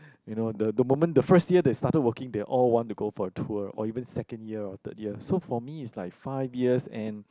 you know the the moment the first year they started working they all want to go for tour or even second year or third year so for me is like five years and